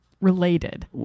related